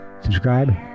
Subscribe